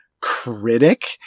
critic